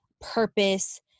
purpose